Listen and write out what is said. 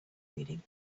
reading